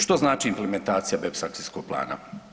Što znači implementacija BEPS akcijskog plana?